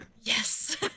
Yes